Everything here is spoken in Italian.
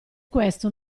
questo